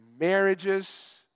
marriages